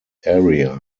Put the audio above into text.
area